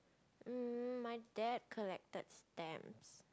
mm my dad collected stamps